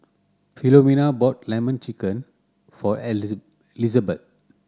Filomena bought Lemon Chicken for Lizabeth